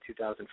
2004